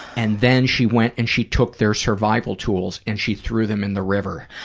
and then she went and she took their survival tools and she threw them in the river,